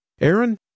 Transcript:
Aaron